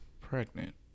Pregnant